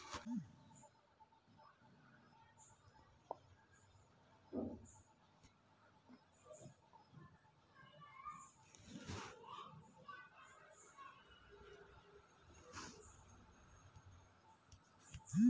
Sir ನಂದು ತುಂಬಾ ದೊಡ್ಡ ವ್ಯವಹಾರ ಇದೆ ನನಗೆ ಕ್ರೆಡಿಟ್ ಕಾರ್ಡ್ ಬೇಕು ನಿಮ್ಮ ಬ್ಯಾಂಕಿನ್ಯಾಗ ಸಿಗುತ್ತಾ?